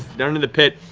down into the pit.